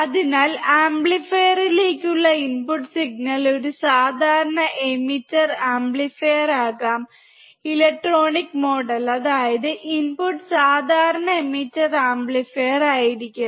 അതിനാൽ ആംപ്ലിഫയറിലേക്കുള്ള input signal ഒരു സാധാരണ എമിറ്റർ ആംപ്ലിഫയർ ആകാം ഇലക്ട്രോണിക് മോഡൽ അതായത് ഇൻപുട്ട് സാധാരണ എമിറ്റർ ആംപ്ലിഫയർ ആയിരിക്കും